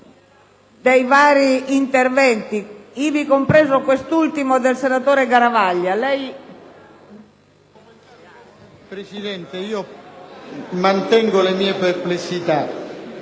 Presidente, mantengo le mie perplessità.